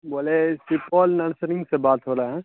بولے سپول نرسری سے بات ہو رہا ہے